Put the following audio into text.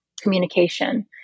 communication